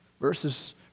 Verses